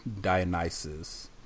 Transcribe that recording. dionysus